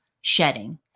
shedding